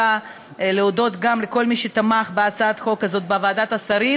להודות גם לכל מי שתמך בהצעת החוק הזאת בוועדת השרים